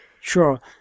Sure